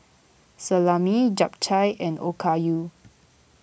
Salami Japchae and Okayu